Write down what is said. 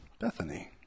Bethany